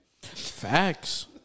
Facts